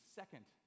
second